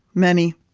many